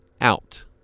out